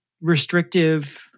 restrictive